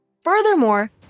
Furthermore